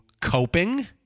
coping